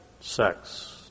sex